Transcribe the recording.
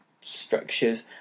structures